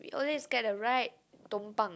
we always get a ride tompang